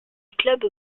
club